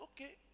okay